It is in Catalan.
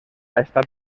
estat